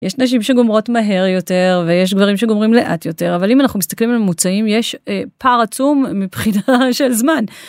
יש נשים שגומרות מהר יותר ויש גברים שגומרים לאט יותר אבל אם אנחנו מסתכלים על ממוצעים יש פער עצום מבחינה של זמן.